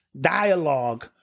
dialogue